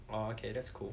orh okay that's cool